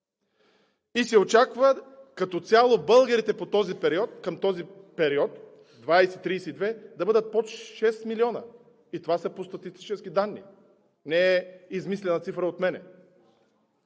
И се очаква като цяло българите към този период – 2032 г., да бъдат под 6 милиона. И това е по статистически данни, не е измислена цифра от мен.